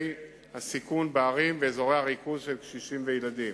סיכון בערים ובאזורי ריכוז של קשישים וילדים.